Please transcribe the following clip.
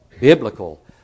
biblical